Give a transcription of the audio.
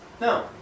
No